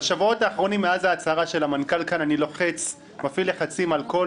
בשבועות האחרונים מאז ההצהרה של המנכ"ל כאן אני מפעיל לחצים על כל